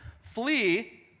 flee